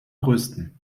größten